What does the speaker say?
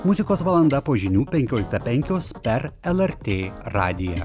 muzikos valanda po žinių penkioliktą penkios per lrt radiją